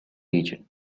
region